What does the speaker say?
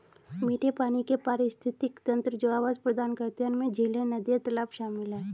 मीठे पानी के पारिस्थितिक तंत्र जो आवास प्रदान करते हैं उनमें झीलें, नदियाँ, तालाब शामिल हैं